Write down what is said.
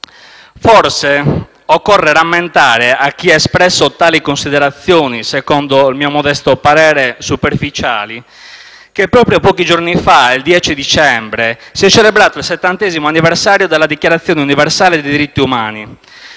Forse occorre rammentare a chi ha espresso tali considerazioni - secondo il mio modesto parere superficiali - che proprio pochi giorni fa, il 10 dicembre, si è celebrato il settantesimo anniversario della Dichiarazione universale dei diritti umani,